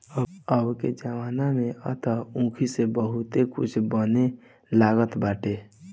अबके जमाना में तअ ऊखी से बहुते कुछ बने लागल बाटे